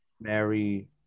Mary